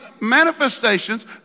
manifestations